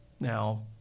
Now